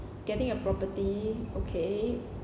getting a property okay